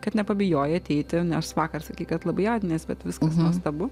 kad nepabijojai ateiti nes vakar sakei kad labai jaudiniesi bet viskas nuostabu